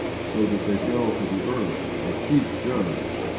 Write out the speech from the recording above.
so that they fell to the earth and the chief judge,